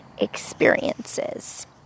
experiences